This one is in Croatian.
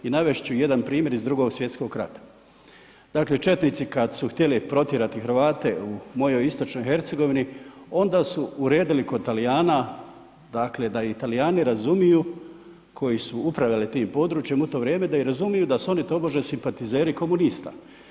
I navest ću jedan primjer iz Drugog svjetskog rata, dakle četnici kada su htjeli protjerati Hrvate u mojoj Istočnoj Hercegovini onda su uredili kod Talijana da ih Talijani razumiju koji su upravljali tim područjem u to vrijeme da oni razumiju da oni tobože simpatizeri komunista.